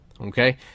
Okay